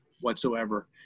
whatsoever